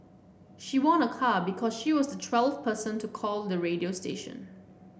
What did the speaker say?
she won a car because she was the twelfth person to call the radio station